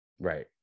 Right